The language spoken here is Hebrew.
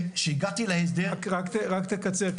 רק תקצר.